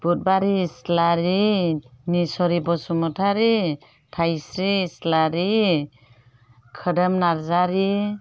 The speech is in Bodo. बुदबारि इस्लारि निस'रि बसुमतारि थाइस्रि इस्लारि खोदोम नार्जारि